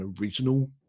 original